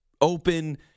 open